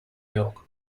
york